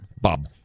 Bob